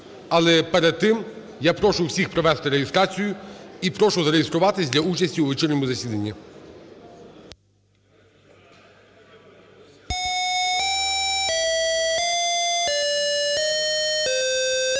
Але перед тим я прошу всіх провести реєстрацію. І прошу зареєструватись для участі у вечірньому засіданні.